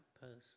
person